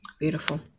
Beautiful